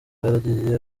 yaragiye